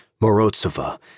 Morozova